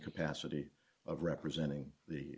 capacity of representing the